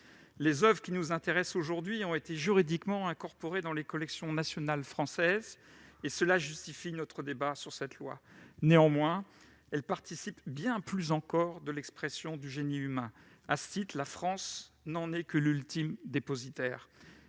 Les oeuvres qui nous intéressent ce soir ont été juridiquement incorporées dans les collections nationales françaises, ce qui justifie notre débat sur ce texte. Néanmoins, elles participent surtout de l'expression du génie humain. À ce titre, la France n'en est que l'ultime dépositaire